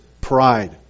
Pride